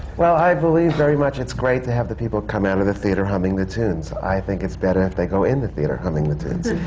well, i believe very much it's great to have the people come out of the theatre humming the tunes. i think it's better if they go in the theatre humming the tunes.